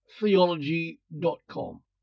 Theology.com